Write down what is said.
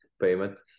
payment